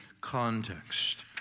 context